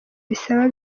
bisaba